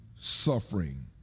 suffering